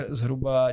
zhruba